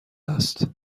هست